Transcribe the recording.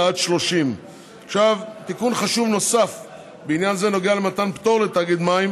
עד 30. תיקון חשוב נוסף בעניין זה נוגע למתן פטור לתאגיד מים